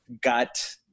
gut